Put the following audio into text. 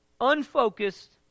unfocused